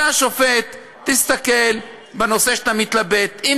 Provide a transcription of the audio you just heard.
אתה שופט, תסתכל בנושא שאתה מתלבט בו.